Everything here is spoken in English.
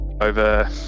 over